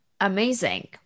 Amazing